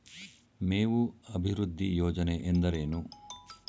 ಮೇವು ಅಭಿವೃದ್ಧಿ ಯೋಜನೆ ಎಂದರೇನು?